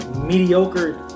mediocre